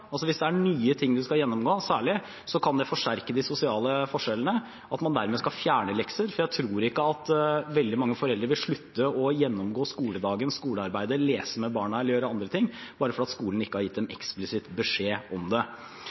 hvis det er nye ting man skal gjennomgå – kan forsterke de sosiale forskjellene, skal man dermed fjerne leksene. Jeg tror ikke at veldig mange foreldre vil slutte å gjennomgå skoledagen, skolearbeidet, lese med barna eller gjøre andre ting bare fordi skolen ikke har gitt en eksplisitt beskjed om det.